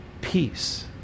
peace